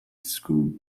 schools